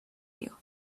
you